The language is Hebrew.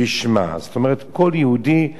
כל יהודי שחי בישראל.